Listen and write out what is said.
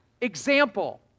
Example